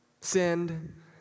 sinned